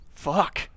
fuck